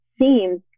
seems